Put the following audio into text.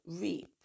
reap